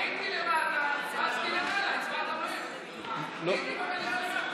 ותועבר לוועדת החוקה להמשך הכנתה לקריאה הראשונה.